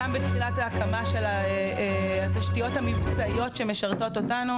גם של התשתיות המבצעיות שמשרתות אותנו